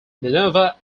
minerva